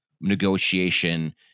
negotiation